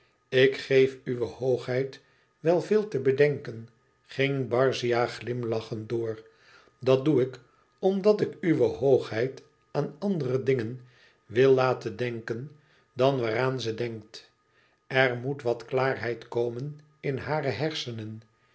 ik geef uwe hoogheid wel veel te bedenken ging barzia glimlachend door dat doe ik omdat ik uwe hoogheid aan andere dingen wil laten denken dan waaraan ze denkt er moet wat klaarheid komen in hare hersenen